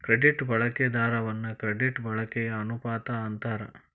credit ಬಳಕೆ ದರವನ್ನ credit ಬಳಕೆಯ ಅನುಪಾತ ಅಂತಾರ